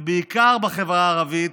ובעיקר בחברה הערבית,